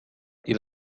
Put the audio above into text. إلى